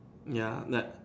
ya that